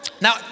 Now